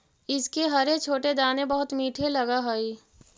इसके हरे छोटे दाने बहुत मीठे लगअ हई